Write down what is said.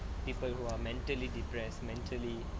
people who are mentally depress mentally